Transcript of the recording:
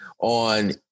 on